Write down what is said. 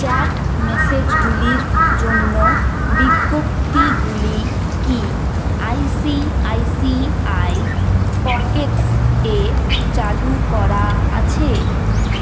chat মেসেজগুলির জন্য বিজ্ঞপ্তিগুলি কি I C I C I pockets এ চালু করা আছে